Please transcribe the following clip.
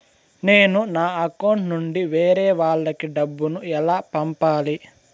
నేను నా అకౌంట్ నుండి వేరే వాళ్ళకి డబ్బును ఎలా పంపాలి?